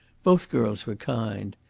both girls were kind.